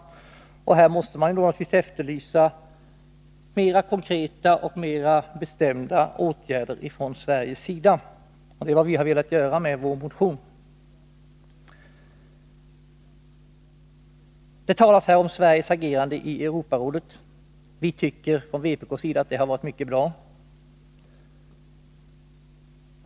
På den punkten måste man efterlysa mer konkreta och bestämda åtgärder från Sveriges sida, och det är vad vi har velat göra med vår motion. Det talas här om Sverigs agerande i Europarådet, och vi tycker från vpk att det har varit mycket bra.